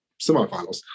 semifinals